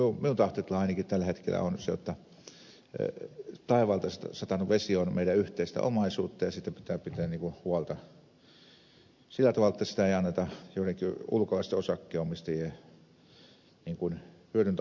minun tahtotilani ainakin tällä hetkellä on jotta taivaalta satanut vesi on meidän yhteistä omaisuuttamme ja siitä pitää pitää huolta sillä tavalla että sitä ei anneta joidenkin ulkolaisten osakkeenomistajien hyödyn tavoitteluun